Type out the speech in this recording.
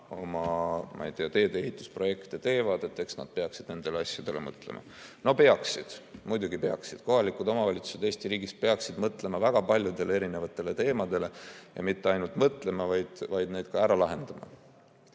kui nad oma teedeehitusprojekte teevad, siis nad peaksid nendele asjadele mõtlema. No peaksid, muidugi peaksid. Kohalikud omavalitsused Eesti riigis peaksid mõtlema väga paljudele erinevatele teemadele ja mitte ainult mõtlema, vaid neid ka ära lahendama.